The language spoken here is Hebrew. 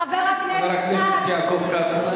חבר הכנסת כץ,